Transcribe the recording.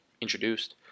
introduced